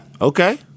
Okay